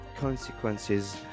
consequences